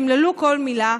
תמללו כל מילה.